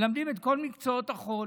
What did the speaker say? מלמדים את כל מקצועות החול,